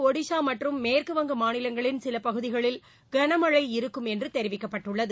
ஒடிசா மற்றும் மேற்குவங்க மாநிலங்களின் சில பகுதிகளில் கனமழை இருக்கும் என்று தெரிவிக்கப்பட்டுள்ளது